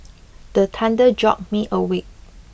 the thunder jolt me awake